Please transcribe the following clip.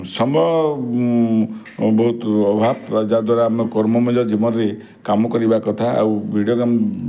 ସମୟ ବହୁତ ଅଭାବ ଯାହାଦ୍ୱାରା ଆମ କର୍ମମୟ ଜୀବନରେ କାମ କରିବା କଥା ଆଉ ଭିଡ଼ିଓ ଗେମ୍